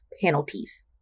penalties